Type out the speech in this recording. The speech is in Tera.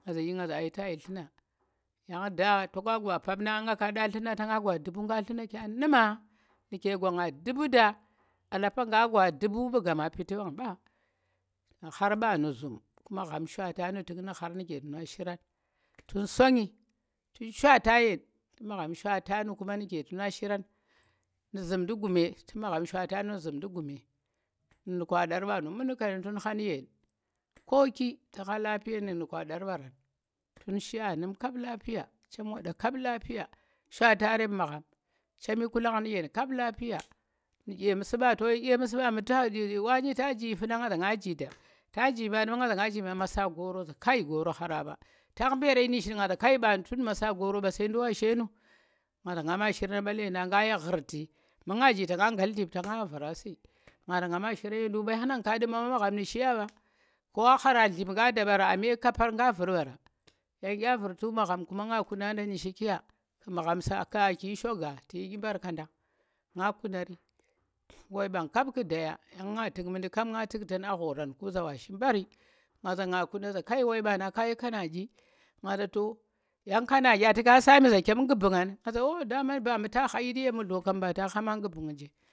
nga za i nga za ai tayi lluna yang daa toka gwa pam nga kaɗa lluna tang gwa du̱pu̱ nga lluka numa nuke gwa nga du̱pu̱ mɓu da alapa nga gwadubu mbu gama piti mɓang mɓa, khar ɓa nu zu̱m tu̱ magham shwato nu nu̱ khar nu̱ke tu̱na shirang tu̱n songi tu̱n shwato yen tu̱ magham shwata nu kuma nu̱ke tu̱na shiran nu̱ zu̱mndi gome, tu̱ magham shwata nu zu̱mndi gome nu̱ kwaɗar mɓanu mu̱ni tu̱n kha nu̱ yen ko ki tu̱ kha lapiye nu̱ kwaɗar barang tun shi aa nu̱m kap lapiya chem waɗan kap lapiya shwata rem magham chem yi kulang nu̱ yen kap lapiya nu̱ ɗye musu ɓa to yi ɗye musu ɓa wani ta nji funa? nga za nga nji daam, nga nji ma nu̱ma? nga za nga nji ma masa goro nga za kai goro khara nba tang mɓer ye nu̱zhin nga za kai tun masa sai ndu̱k wa shi yenu nga za nga ma shirang ɓa nga yi ghu̱rtu̱ mu nga nji tanga gan nllip ta nga ɓa vara su̱ nga za nga ma shirang yendu̱k ɓa, yang nang ka nɗuma ɓa magham nu̱ shiya ɓa, ko a khara nllip nga da ɓara a me kapar nga vu̱r ɓara ɗya vu̱r tu̱ mɓu̱ magham kuma nga kuna da nu̱ ɗyi nu̱ shiki ya, ƙu̱ magham sa aa ki shoga tu̱ yi ɗyi markannda nga kunari, woi ɓang kap ƙu̱ daya yang nga tu̱k mu̱ndi kap nga tu̱ktang a ghooran ku za wa shi mbari nga zanga kuna, za kai woi ɓana ka yi kanaɗyi nga za to yang kanaɗyang tu̱ko sami za chem ngubungan nga za ohoh mba mbu ta gha yit ye mu̱dllo kam ba to khama ngubung nje.